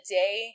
day